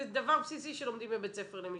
זה דבר בסיסי שלומדים בבית ספר למשפטים.